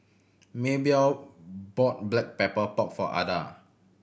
Maybell bought Black Pepper Pork for Ada